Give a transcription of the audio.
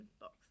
box